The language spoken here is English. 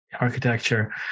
architecture